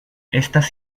estas